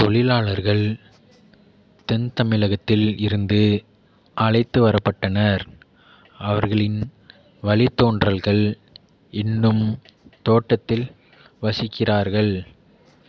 தொழிலாளர்கள் தென்தமிழகத்தில் இருந்து அழைத்து வரப்பட்டனர் அவர்களின் வழித்தோன்றல்கள் இன்னும் தோட்டத்தில் வசிக்கிறார்கள்